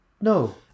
No